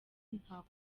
ntako